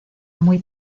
muy